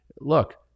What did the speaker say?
Look